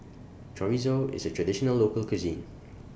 Chorizo IS A Traditional Local Cuisine